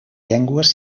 llengües